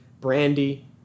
Brandy